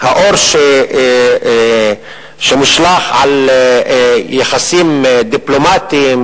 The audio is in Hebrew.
שהאור שמושלך על יחסים דיפלומטיים,